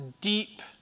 deep